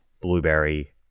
blueberry